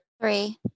Three